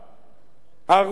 הרבה נעשה,